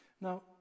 Now